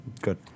Good